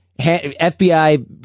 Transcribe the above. FBI